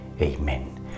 Amen